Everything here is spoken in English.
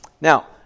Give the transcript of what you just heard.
Now